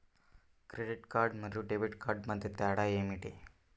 Credit card మరియు debit card మధ్య తేడా ఏమిటి?